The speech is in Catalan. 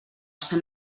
sant